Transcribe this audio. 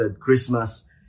Christmas